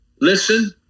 Listen